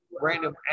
random